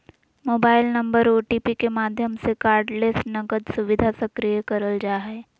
mobile number OTP के माध्यम से कार्डलेस नकद सुविधा सक्रिय करल जा हय